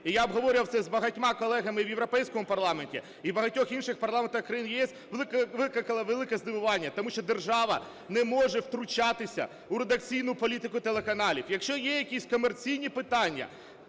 і я обговорював це з багатьма колегами в Європейському парламенті і багатьох інших парламентах країн ЄС, викликало велике здивування, тому що держава не може втручатися у редакційну політику телеканалів. Якщо є якісь комерційні питання